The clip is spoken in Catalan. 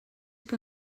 que